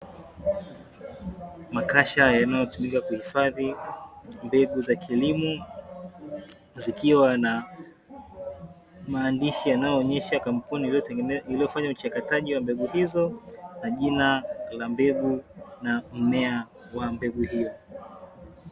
Makasha yanayotumika kuhifadhi mbegu za kilimo zikiwa na maandishi yanayoonyesha kampyuni iliyofanya uchakataji wa mbegu hizo na jina la mbegu na mmea wa mbegu hiyo.